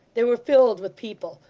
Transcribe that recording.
they were filled with people,